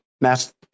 mass